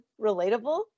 relatable